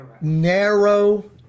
narrow